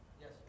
Yes